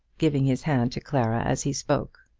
giving his hand to clara as he spoke.